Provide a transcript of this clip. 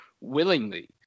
willingly